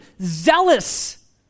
zealous